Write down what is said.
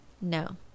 no